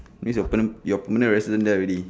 means you're perm~ you're permanent resident there already